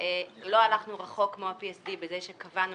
שלא הלכנו רחוק כמו ה-PSD בזה שקבענו